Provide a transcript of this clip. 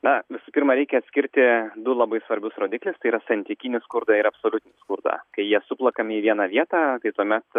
na visų pirma reikia atskirti du labai svarbius rodiklius tai yra santykinį skurdą ir absoliutų skurdą kai jie suplakami į vieną vietą tai tuomet